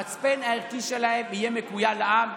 המצפן הערכי שלהם יהיה מכויל לעם,